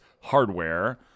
hardware